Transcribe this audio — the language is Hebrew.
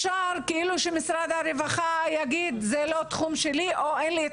כאילו שמשרד הרווחה יגיד זה לא התחום שלי או אין לי את